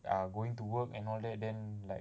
err going to work and all that then like